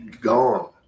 gone